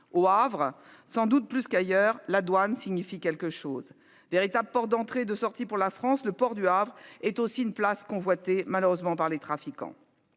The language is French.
au Havre sans doute plus qu'ailleurs la douane signifie quelque chose. Véritable porte d'entrée et de sortie pour la France. Le port du Havre est aussi une place convoitée malheureusement par les trafiquants.